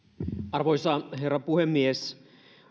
arvoisa herra puhemies